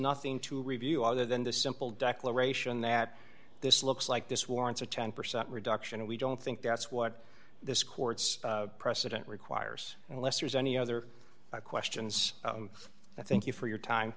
nothing to review other than the simple declaration that this looks like this warrants a ten percent reduction and we don't think that's what this court's precedent requires unless there's any other questions i thank you for your time